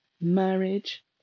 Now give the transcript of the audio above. marriage